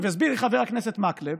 עכשיו, יסביר לי חבר הכנסת מקלב,